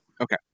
Okay